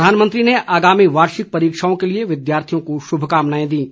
प्रधानमंत्री ने आगामी वार्षिक परीक्षाओं के लिए विद्यार्थियों को शुभकामनाएं दीं